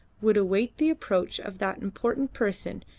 would await the approach of that important person,